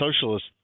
socialist